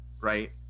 Right